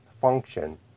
function